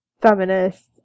feminist